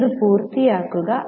നിങ്ങൾ ഇത് പൂർത്തിയാക്കുക